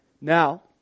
Now